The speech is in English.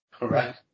Right